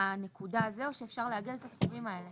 בנקודה הזו או שאפשר לעגל את הסכומים האלה.